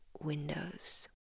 windows